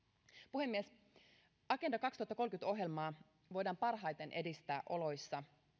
puhemies agenda kaksituhattakolmekymmentä ohjelmaa voidaan parhaiten edistää oloissa